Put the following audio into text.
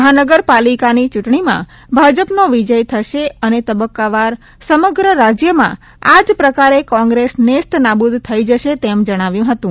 મહાનગરપાલિકાની ચ્રુંટણીમાં ભાજપનો વિજય થશે અને તબક્કાવાર સમગ્ર રાજ્યમાં આ જ પ્રકારે કોંત્રેસ નેસ્તનાબૂદ થઈ જશે તેમ જણાવ્યું હતું